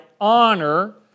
honor